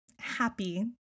happy